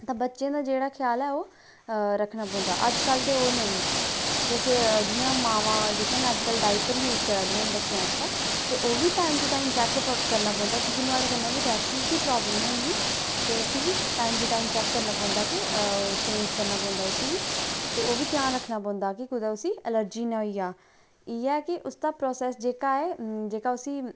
बच्चें दा जेह्ड़ा ख्याल ऐ ओह् रक्खना पौंदा अज कल ते ओह् न जियां मामां जेह्कियां न अजकल डाईपर यूज करा दियां न बच्चें आस्तै ते ओह्बी टाईम टू टाईम चैक करना पौंदा की के नुआढ़े कन्नै बी रैशिस दी परावलम होई जंदी ते उसी बी टाईम टू टाईम चैक करना पौंदा कि चेंज करना पौंदा उसी बी ते ओह्बी ध्यान रक्खना पौंदा कि कुतै उसी इलर्जी नी होई जा इयै की उसदा परॉसैस जेह्का ऐ जेह्का उसी